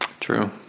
True